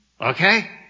Okay